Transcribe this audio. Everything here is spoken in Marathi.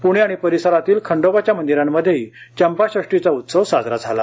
प्णे आणि परिसरातील खंडोबाच्या मंदिरांमध्येही चंपाषष्टीचा उत्सव साजरा झाला